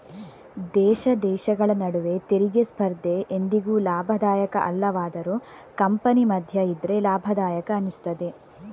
ದೇಶ ದೇಶಗಳ ನಡುವೆ ತೆರಿಗೆ ಸ್ಪರ್ಧೆ ಎಂದಿಗೂ ಲಾಭದಾಯಕ ಅಲ್ಲವಾದರೂ ಕಂಪನಿ ಮಧ್ಯ ಇದ್ರೆ ಲಾಭದಾಯಕ ಅನಿಸ್ತದೆ